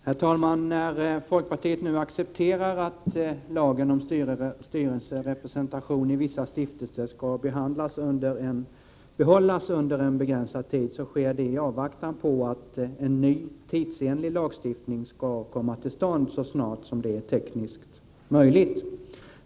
Herr talman! När folkpartiet nu accepterar att lagen om styrelserepresentation i vissa stiftelser skall behållas under en begränsad tid gör vi det i avvaktan på att en ny tidsenlig lagstiftning skall komma till stånd så snart det tekniskt är möjligt.